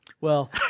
Well-